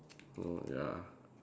oh ya